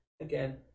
Again